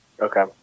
Okay